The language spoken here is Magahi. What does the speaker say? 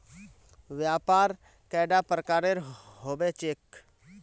व्यापार कैडा प्रकारेर होबे चेक?